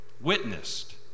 witnessed